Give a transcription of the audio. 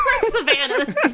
Savannah